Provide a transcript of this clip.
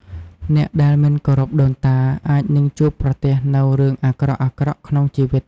អ្នកដែលមិនគោរពដូនតា អាចនឹងជួបប្រទះនូវរឿងអាក្រក់ៗក្នុងជីវិត។